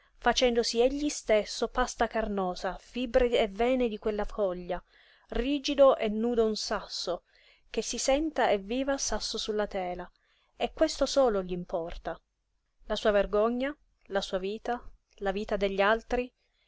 facendosi egli stesso pasta carnosa fibre e vene di quella foglia rigido e nudo un sasso che si senta e viva sasso sulla tela e questo solo gl'importa la sua vergogna la sua vita la vita degli altri